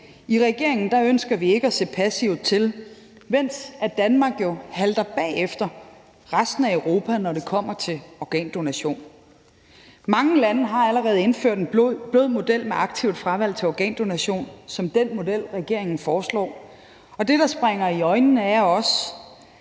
I regeringen ønsker vi ikke at se passivt til, mens Danmark halter bag efter resten af Europa, når det kommer til organdonation. Mange lande har allerede indført en blød model med aktivt fravalg til organdonation som den model, regeringen foreslår. Og det, der springer i øjnene, er også,